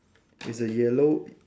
it's a yellow